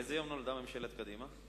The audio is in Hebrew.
באיזה יום נולדה ממשלה קדימה?